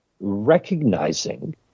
recognizing